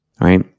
Right